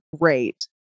Great